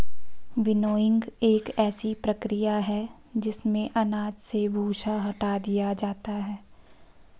winnowing एक ऐसी प्रक्रिया है जिसमें अनाज से भूसा हटा दिया जाता है